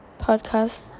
podcast